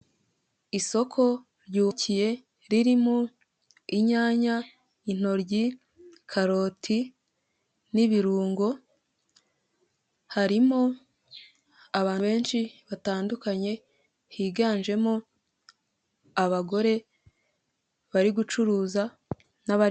Isoko ryubakiye ririmo inyanya, intoryi, karoti, n'ibirungo harimo abantu benshi batandukanye higanjemo abagore bari gucuruza.